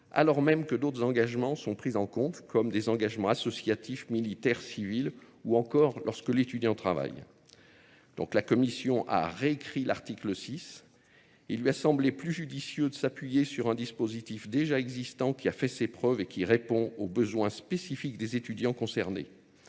alors même que d'autres engagements sont pris en compte, comme des engagements associatifs, militaires, civils ou encore lorsque l'étudiant travaille. Donc la Commission a réécrit l'article 6. Il lui a semblé plus judicieux de s'appuyer sur un dispositif déjà existant qui a fait ses preuves et qui répond aux besoins spécifiques des étudiants concernés.